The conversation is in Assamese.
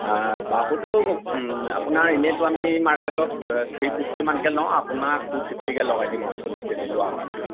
বাহুটো আপোনাৰ ইনেইটো আমি মাৰ্কেটত থ্ৰী ফিফ্টি মানকে লওঁ আপোনাক টু ফিফ্টিকৈ লগাই দিম বাৰু চল্লিছ কেজি লোৱাৰ কাৰণে